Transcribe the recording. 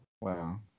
Wow